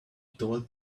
told